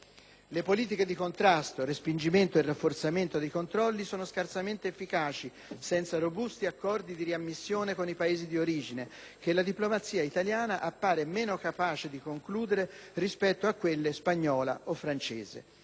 Le politiche di contrasto, respingimento e rafforzamento dei controlli sono scarsamente efficaci senza robusti accordi di riammissione con i Paesi di origine, che la diplomazia italiana appare meno capace di concludere rispetto a quelle spagnola o francese,